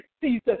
season